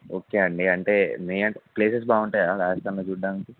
okay అండి అంటే మే ప్లేసెస్ బాగుంటాయా రాజస్తాన్లో చూడడానికి